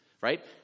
right